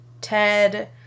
Ted